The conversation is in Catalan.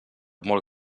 molt